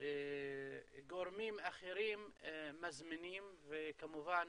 עבודה שגורמים אחרים מזמינים וכמובן